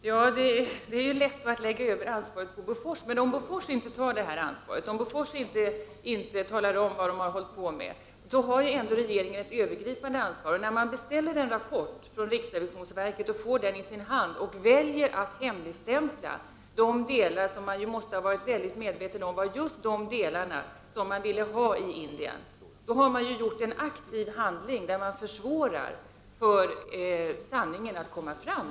Herr talman! Det är lätt att lägga över ansvaret på Bofors. Om Bofors inte tar ansvaret och inte talar om vad företaget har hållit på med, får regeringen ta det övergripande ansvaret. När man efter att ha beställt en rappport från riksrevisionsverket och fått den i sin hand, väljer att hemligstämpla de delar som man måste ha varit mycket medveten om var de delar som Indien ville ha information om, har man gjort en aktiv handling där man försvårar att sanningen kommer fram.